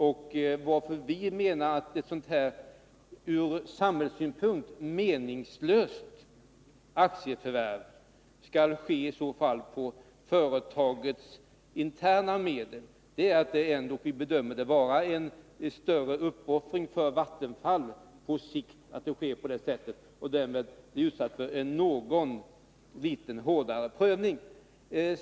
Om ett sådant här ur samhällssynpunkt meningslöst aktieförvärv skall genomföras, så skall detta i så fall ske med företagets interna medel. Vår åsikt här grundar sig på att vi bedömer det förfarandet vara en på sikt större uppoffring för Vattenfall, som därmed blir utsatt för en något litet hårdare prövning.